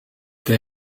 they